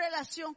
relación